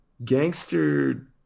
Gangster